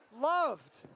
loved